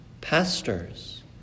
Pastors